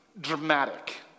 dramatic